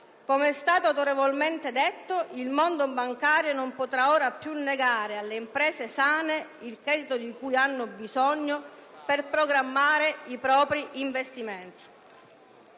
Come è stato autorevolmente detto, il mondo bancario non potrà ora più negare alle imprese sane il credito di cui hanno bisogno per programmare i propri investimenti.